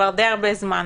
כבר די הרבה זמן: